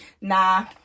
Nah